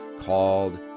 called